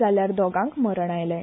जाल्यार दोगांक मरण आयलें